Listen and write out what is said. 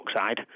oxide